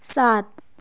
سات